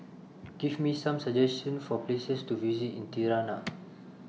Give Me Some suggestions For Places to visit in Tirana